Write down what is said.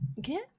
Get